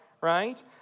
right